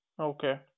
Okay